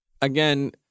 again